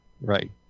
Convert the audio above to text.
Right